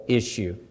issue